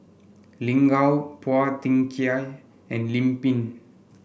Lin Gao Phua Thin Kiay and Lim Pin